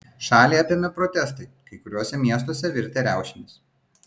šalį apėmė protestai kai kuriuose miestuose virtę riaušėmis